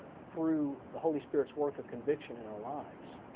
through the holy spirit's work of conviction in our lives.